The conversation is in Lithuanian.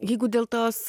jeigu dėl tos